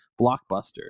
blockbuster